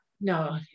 no